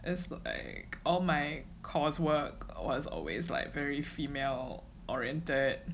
it's like all my course work was always like very female oriented